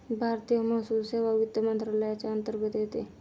भारतीय महसूल सेवा वित्त मंत्रालयाच्या अंतर्गत येते